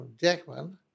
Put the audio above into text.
Jackman